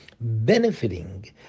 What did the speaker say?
benefiting